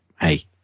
hey